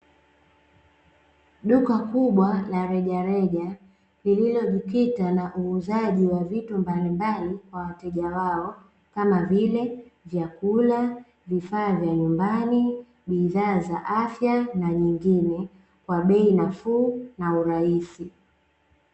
Duka kubwa la rejareja lililojikita na uuzaji wa vitu mbalimbali kwa wateja wao, kama vile: vyakula, vifaa vya nyumbani, bidhaa za afya na nyingine, kwa bei nafuu na urahisi.